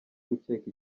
gukeka